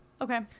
okay